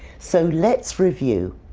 so let's review.